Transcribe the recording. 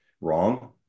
wrong